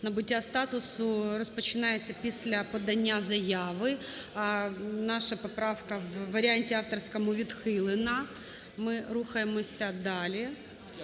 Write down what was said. набуття статусу розпочинається після подання заяви. Наша поправка у варіанті авторському відхилена. Ми рухаємося далі.